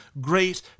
great